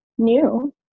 new